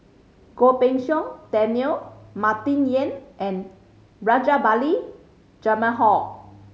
Goh Pei Siong Daniel Martin Yan and Rajabali Jumabhoy